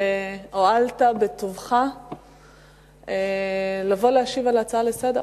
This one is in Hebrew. שהואלת בטובך לבוא להשיב על ההצעה לסדר-היום.